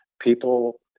people